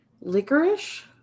Licorice